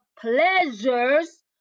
pleasures